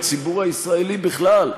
לציבור הישראלי בכלל,